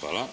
Hvala.